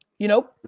you know?